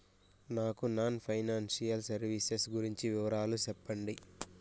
నాకు non financial services గురించి వివరాలు సెప్పండి?